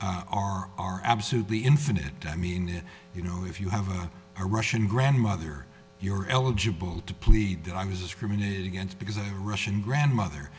are are absolutely infinite i mean it you know if you have a russian grandmother you're eligible to plead that i was discriminated against because a russian grandmother